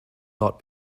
lot